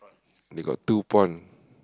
they got two pond